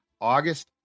August